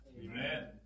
Amen